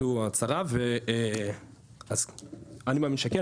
אני מאמין שכן,